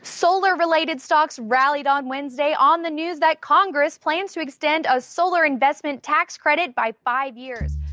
solar related stocks rallied on wednesday on the news that congress plans to extend a solar investment tax credit by five years.